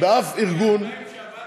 עד גיל 40 שעבד,